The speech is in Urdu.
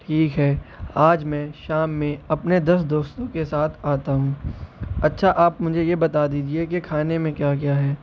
ٹھیک ہے آج میں شام میں اپنے دس دوستوں کے ساتھ آتا ہوں اچھا آپ مجھے یہ بتا دیجیے کہ کھانے میں کیا کیا ہے